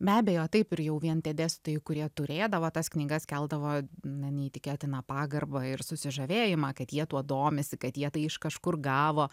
be abejo taip ir jau vien tie dėstytojai kurie turėdavo tas knygas keldavo na neįtikėtiną pagarbą ir susižavėjimą kad jie tuo domisi kad jie tai iš kažkur gavo